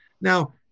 Now